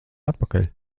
atpakaļ